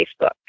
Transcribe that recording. facebook